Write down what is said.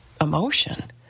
emotion